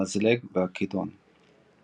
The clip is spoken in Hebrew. המזלג והכידון.